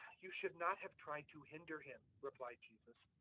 you should not have tried to hinder him, replied jesus,